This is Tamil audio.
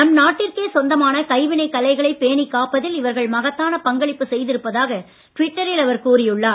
நம் நாட்டிற்கே சொந்தமான கைவினைக் கலைகளைப் பேணிக் காப்பதில் இவர்கள் மகத்தான பங்களிப்பு செய்திருப்பதாக ட்விட்டரில் கூறியுள்ளார்